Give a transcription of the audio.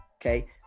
okay